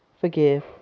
Forgive